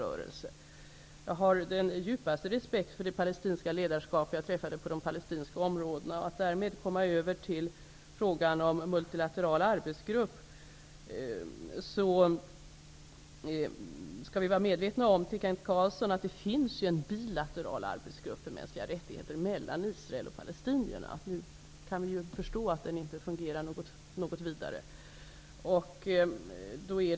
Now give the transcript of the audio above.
Jag har den djupaste respekt för det palestinska ledarskap som jag träffade på de palestinska områdena. Därmed kommer jag till frågan om en multilateral arbetsgrupp, som Kent Carlsson tog upp. Vi skall vara medvetna om att det finns en bilateral arbetsgrupp för mänskliga rättigheter mellan Israel och palestinierna. Vi kan förstå att den inte fungerar så bra.